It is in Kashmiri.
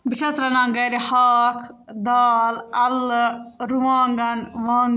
بہٕ چھَس رَنان گَرِ ہاکھ دال اَلہٕ رُوانٛگَن وانٛگ